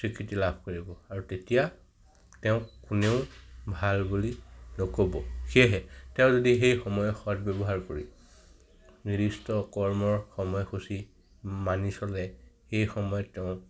স্বীকৃতি লাভ কৰিব আৰু তেতিয়া তেওঁক কোনেও ভাল বুলি নক'ব সেয়েহে তেওঁ যদি সেই সময় সৎ ব্যৱহাৰ কৰি নিৰ্দিষ্ট কৰ্মৰ সময়সূচী মানি চলে সেই সময়ত তেওঁ